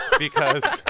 because,